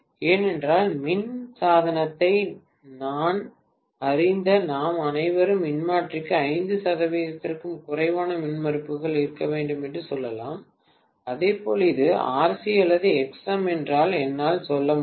ஏனென்றால் மின் சாதனத்தை நன்கு அறிந்த நாம் அனைவரும் மின்மாற்றிக்கு 5 சதவிகிதத்திற்கும் குறைவான மின்மறுப்புகள் இருக்க வேண்டும் என்று சொல்லலாம் அதேபோல் இது RC அல்லது Xm என்றால் என்னால் சொல்ல முடியும்